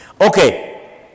Okay